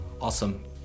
awesome